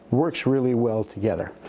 works really well together.